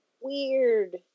weird